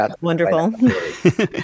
wonderful